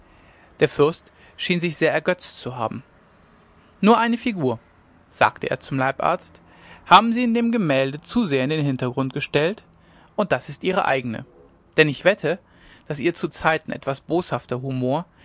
der fürst schien sich sehr ergötzt zu haben nur eine figur sagte er zum leibarzt haben sie in dem gemälde zu sehr in den hintergrund gestellt und das ist ihre eigne denn ich wette daß ihr zuzeiten etwas boshafter humor